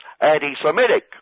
anti-Semitic